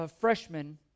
freshman